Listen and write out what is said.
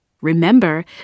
Remember